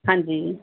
ਹਾਂਜੀ